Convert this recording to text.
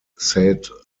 said